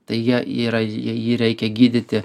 tai jie yra jie jį reikia gydyti